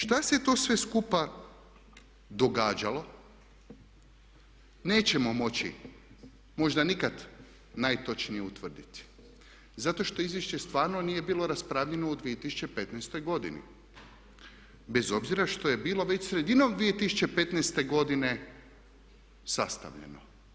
Šta se to sve skupa događalo nećemo moći možda nikada najtočnije utvrditi zato što izvješće stvarno nije bilo raspravljeno u 2015. godini bez obzira što je bilo već sredinom 2015. godine sastavljeno.